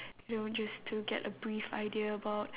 you know just to get a brief idea about